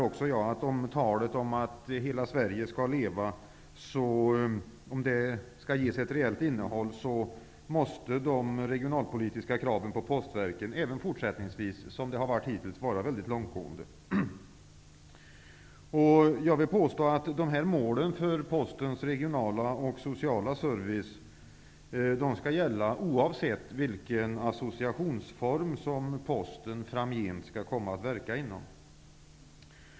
Om talet om att hela Sverige skall leva skall ges ett reellt innehåll måste de regionalpolitiska kraven på Postverket även fortsättningsvis, som de varit hittills, vara mycket långtgående. Jag vill påstå att dessa mål för Postens regionala och sociala service skall gälla oavsett vilken associationsform som Posten framgent skall verka inom.